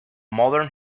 modern